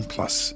Plus